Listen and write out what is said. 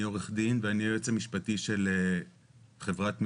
אני עורך דין ואני היועץ המשפטי של חברת מילגם.